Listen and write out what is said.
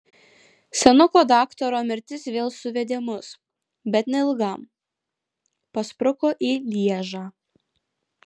senuko daktaro mirtis vėl suvedė mus bet neilgam paspruko į lježą